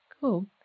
Cool